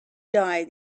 die